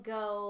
go